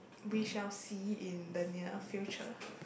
we shall see in the near future